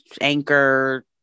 Anchor